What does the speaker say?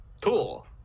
cool